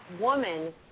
woman